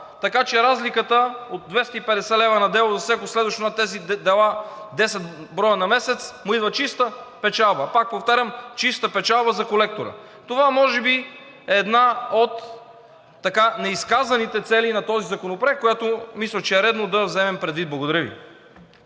така че разликата от 250 лв. на дело за всяко следващо на тези дела – 10 бр. на месец, му идва чиста печалба. Пак повтарям, чиста печалба за колектора. Това може би е една от неизказаните цели на този законопроект, която мисля, че е редно да вземем предвид. Благодаря Ви.